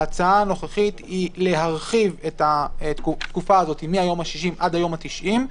ההצעה הנוכחית היא להרחיב את התקופה הזאת מהיום ה-60 עד היום ה-90,